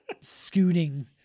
Scooting